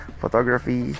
photography